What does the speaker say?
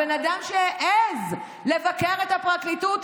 הבן אדם שהעז לבקר את הפרקליטות,